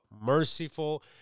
merciful